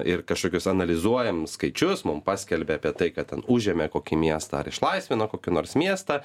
ir kažkokius analizuojam skaičius mum paskelbia apie tai kad ten užėmė kokį miestą ar išlaisvino kokį nors miestą